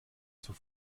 zur